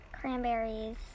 cranberries